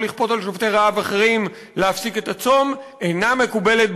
לכפות על שובתי רעב אחרים להפסיק את הצום אינה מקובלת,